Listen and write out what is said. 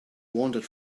wandered